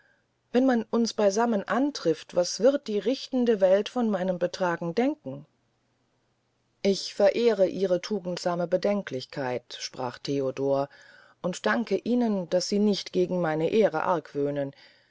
wenn man uns beysammen antrift was wird die richtende welt von meinem betragen denken ich verehre ihre tugendsame bedenklichkeit sprach theodor und danke ihnen daß sie nichts gegen meine ehre